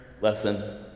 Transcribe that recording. lesson